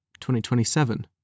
2027